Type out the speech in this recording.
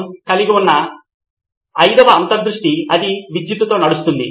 నితిన్ కురియన్ కాబట్టి పాఠ్య పుస్తకం వ్యక్తిగతీకరించబడుతుంది